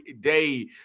day